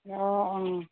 অঁ অঁ